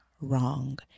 wrong